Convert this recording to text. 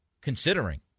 considering